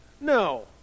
No